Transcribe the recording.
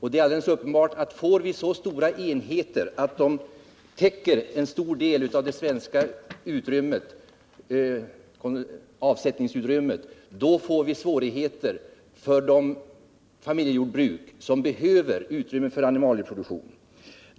Det är alldeles uppenbart att om vi får så stora: enheter att de täcker en stor del av det svenska avsättningsutrymmet, då uppstår svårigheter för de familjejordbruk som behöver utrymme för animalieproduktion.